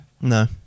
No